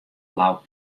blau